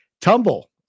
tumble